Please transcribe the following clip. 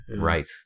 Right